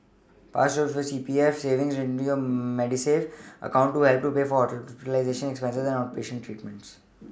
part of your C P F savings go into your Medisave account to help pay for hospitalization expenses and outpatient treatments